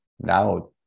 Now